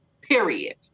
period